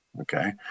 okay